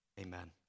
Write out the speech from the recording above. amen